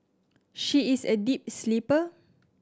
she is a deep sleeper